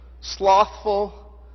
slothful